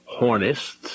hornists